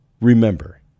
remember